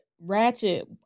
ratchet